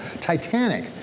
Titanic